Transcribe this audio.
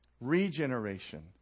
regeneration